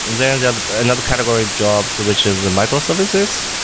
then and another category jobs, which is and microservices,